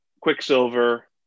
Quicksilver